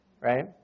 Right